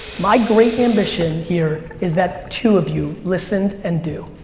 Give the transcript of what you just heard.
my great ambition here is that two of you listen and do.